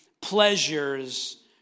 pleasures